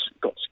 got